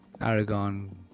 Aragon